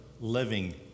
living